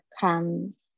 comes